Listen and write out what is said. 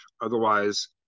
Otherwise